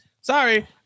sorry